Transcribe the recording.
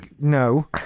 No